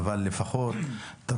זה לא